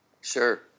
sure